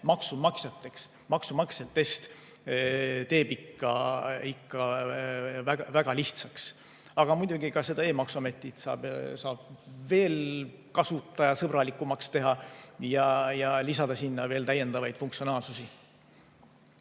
deklareerimise] ikka väga lihtsaks. Aga muidugi, ka seda e‑maksuametit saab veel kasutajasõbralikumaks teha ja lisada sinna täiendavaid funktsionaalsusi.